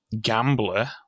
gambler